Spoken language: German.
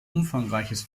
umfangreiches